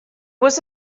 was